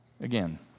again